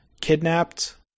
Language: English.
Kidnapped